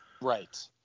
Right